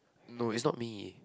no it's not me